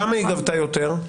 כמה היא גבתה יותר?